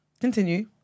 Continue